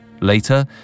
Later